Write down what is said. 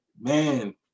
Man